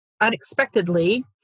unexpectedly